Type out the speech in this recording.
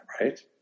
Right